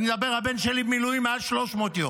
הבן שלי במילואים מעל 300 יום,